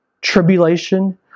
Tribulation